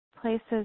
places